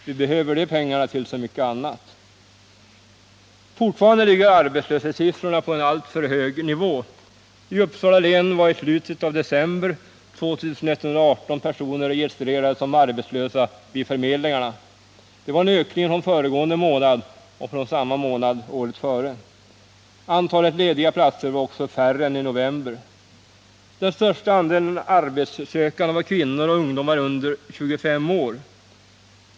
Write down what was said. Vi behöver pengarna till så mycket annat. Fortfarande ligger arbetslöshetssiffrorna på en alltför hög nivå. I Uppsala län var i slutet av december 2 118 personer registrerade som arbetslösa vid förmedlingarna. Det var en ökning från föregående månad och från samma månad året före. Antalet lediga platser var också färre än i november. Den största andelen arbetssökande var kvinnor och ungdomar under 25 år.